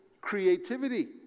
creativity